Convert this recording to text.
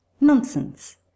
nonsense